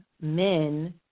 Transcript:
men